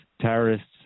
terrorists